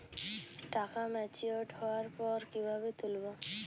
টাকা ম্যাচিওর্ড হওয়ার পর কিভাবে তুলব?